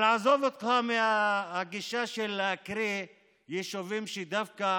אבל עזוב אותך מהגישה של להקריא יישובים שדווקא